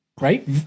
right